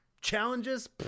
Challenges